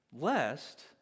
lest